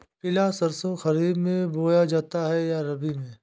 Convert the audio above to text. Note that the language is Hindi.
पिला सरसो खरीफ में बोया जाता है या रबी में?